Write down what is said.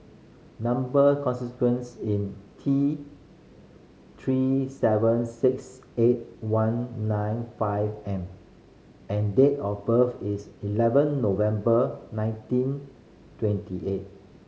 number consequence in T Three seven six eight one nine five M and date of birth is eleven November nineteen twenty eight